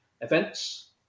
events